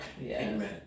Amen